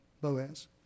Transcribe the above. Boaz